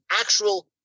actual